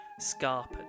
scarpered